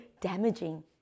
damaging